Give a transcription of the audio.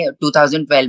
2012